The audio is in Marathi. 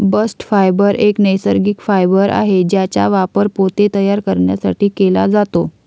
बस्ट फायबर एक नैसर्गिक फायबर आहे ज्याचा वापर पोते तयार करण्यासाठी केला जातो